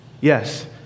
Yes